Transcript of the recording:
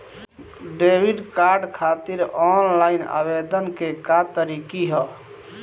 Debit card खातिर online आवेदन के का तरीकि ह?